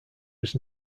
was